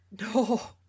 no